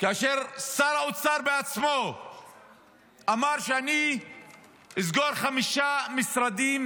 כאשר שר האוצר בעצמו אמר: אני אסגור חמישה משרדים